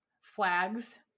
flags